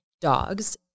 dogs